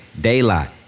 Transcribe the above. Daylight